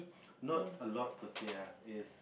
not a lot per se ah is